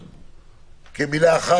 לדיון.